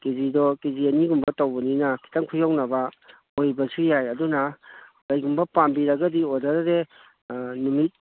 ꯀꯦ ꯖꯤꯗꯣ K G ꯑꯅꯤꯒꯨꯝꯕ ꯇꯧꯕꯅꯤꯅ ꯈꯤꯇꯪ ꯈꯨꯌꯧꯅꯕ ꯑꯣꯏꯕꯁꯨ ꯌꯥꯏ ꯑꯗꯨꯅ ꯀꯔꯤꯒꯨꯝꯕ ꯄꯥꯝꯕꯤꯔꯒꯗꯤ ꯑꯣꯔꯗꯔꯁꯦ ꯅꯨꯃꯤꯠ